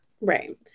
Right